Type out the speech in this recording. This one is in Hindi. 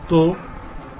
तो X एक कारक है